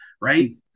right